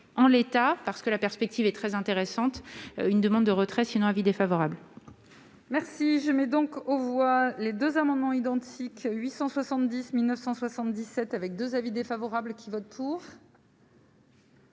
en l'état, parce que la perspective est très intéressante : une demande de retrait sinon avis défavorable. Merci, je mets donc aux voix les 2 amendements identiques 870977 avec 2 avis défavorables qui vote pour.